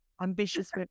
Ambitious